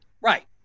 Right